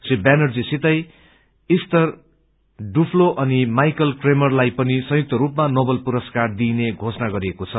री व्यानर्जी सितै Esther Duflo अनि माइकल क्रेमरलाई पनि संयुक्त स्पमा नोवल पुरस्कार दिने घोषणा गरिएको छ